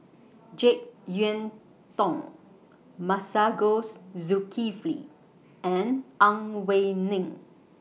Jek Yeun Thong Masagos Zulkifli and Ang Wei Neng